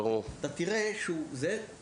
אתה תראה שהוא מתחמם,